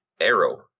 Arrow